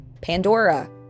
Pandora